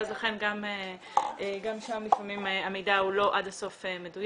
לכן גם שם לפעמים המידע הוא לא מדויק עד הסוף.